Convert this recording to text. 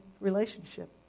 relationship